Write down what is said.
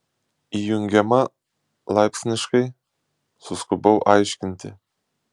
įjungiama laipsniškai suskubau aiškinti